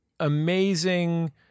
Amazing